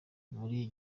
muri